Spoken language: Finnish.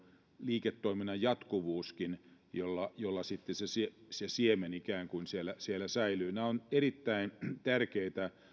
liiketoiminnan jatkuvuuskin jolla jolla sitten se se siemen ikään kuin siellä siellä säilyy nämä ovat erittäin tärkeitä